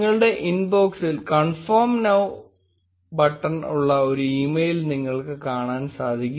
നിങ്ങളുടെ ഇൻബോക്സിൽ confirm now button ഉള്ള ഒരു ഇമെയിൽ നിങ്ങൾക്ക് കാണാൻ സാധിക്കും